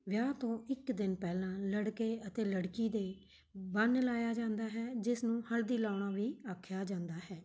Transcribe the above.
ਵਿਆਹ ਤੋਂ ਇੱਕ ਦਿਨ ਪਹਿਲਾਂ ਲੜਕੇ ਅਤੇ ਲੜਕੀ ਦੇ ਬੰਨ ਲਾਇਆ ਜਾਂਦਾ ਹੈ ਜਿਸ ਨੂੰ ਹਲਦੀ ਲਾਉਣਾ ਵੀ ਆਖਿਆ ਜਾਂਦਾ ਹੈ